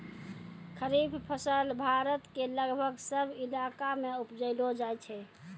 खरीफ फसल भारत के लगभग सब इलाका मॅ उपजैलो जाय छै